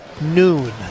noon